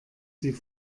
sie